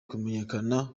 kumenyekana